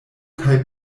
kaj